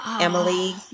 Emily